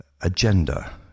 agenda